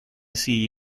sie